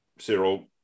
Cyril